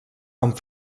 amb